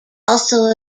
also